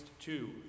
two